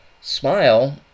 Smile